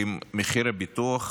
ועם מחיר הביטוח